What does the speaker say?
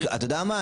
אתה יודע מה?